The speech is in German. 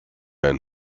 ein